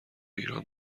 ایران